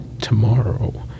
tomorrow